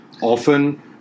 Often